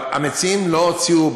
אבל המציעים לא הוציאו,